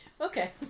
Okay